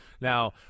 Now